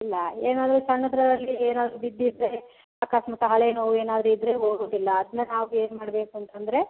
ಇಲ್ಲ ಏನಾದರು ಸಣ್ಣದರಲ್ಲಿ ಏನಾದ್ರು ಬಿದ್ದಿದ್ದರೆ ಅಕಸ್ಮಾತ್ ಹಳೆಯ ನೋವು ಏನಾದ್ರೂ ಇದ್ದರೆ ಹೋಗುದಿಲ್ಲ ಅದನ್ನ ನಾವು ಏನು ಮಾಡ್ಬೇಕು ಅಂತಂದರೆ